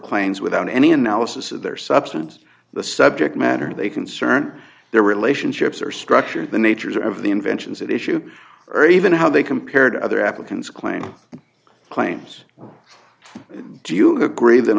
claims without any analysis of their substance the subject matter they concern their relationships or structure the nature of the inventions at issue or even how they compared other applicants claim claims do you agree that